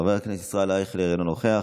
חבר הכנסת ואליד טאהא, אינו נוכח,